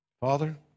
Father